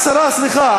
עשרה, סליחה.